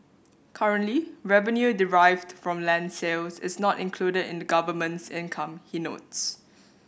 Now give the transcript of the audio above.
currently revenue derived from land sales is not included in the government's income he notes